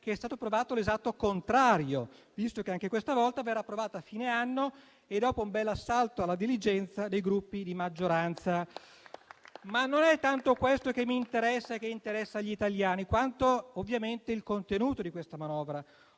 che è stato provato l'esatto contrario, visto che anche questa volta verrà approvata a fine anno e dopo un bell'assalto alla diligenza dei Gruppi di maggioranza. Ma non è tanto questo che mi interessa e che interessa agli italiani, quanto ovviamente il contenuto di questa manovra.